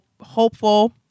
hopeful